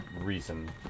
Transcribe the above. reason